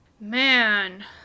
man